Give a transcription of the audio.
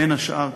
בין השאר,